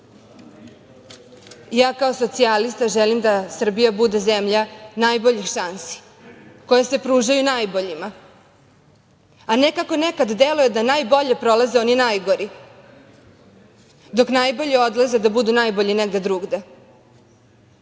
kao socijalista želim da Srbija bude zemlja najboljih šansi, koje se pružaju najboljima, a ne, kako nekada deluje, da najbolje prolaze oni najgori, dok najbolji odlaze da budu najbolji negde drugde. Zato